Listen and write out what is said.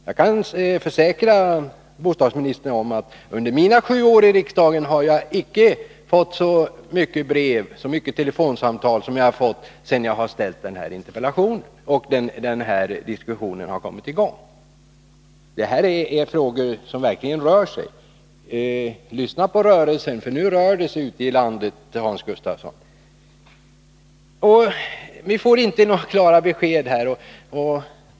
Jag kan försäkra bostadsministern att jag under mina sju år i riksdagen inte fått så många brev och telefonsamtal som jag fått sedan jag ställde den här interpellationen och den här diskussionen kommit i gång. Det här är frågor som verkligen rör sig. Lyssna på rörelsen, för nu rör det sig ute i landet, Hans Gustafsson. Vi får inte några klara besked.